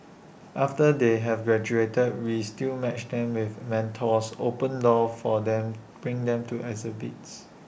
after they have graduated we still match them with mentors open doors for them bring them to exhibits